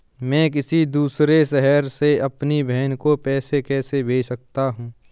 मैं किसी दूसरे शहर से अपनी बहन को पैसे कैसे भेज सकता हूँ?